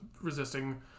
resisting